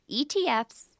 ETFs